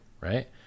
right